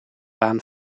baan